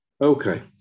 okay